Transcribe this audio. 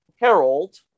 Harold